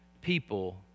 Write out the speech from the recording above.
people